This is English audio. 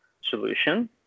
solution